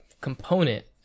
component